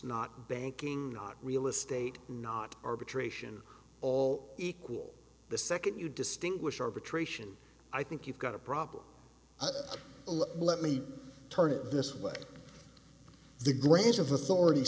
not banking not real estate not arbitration all equal the second you distinguish arbitration i think you've got a problem let me turn it this way the grant o